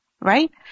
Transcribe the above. right